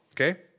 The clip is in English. Okay